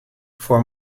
for